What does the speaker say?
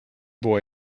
boy